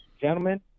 Gentlemen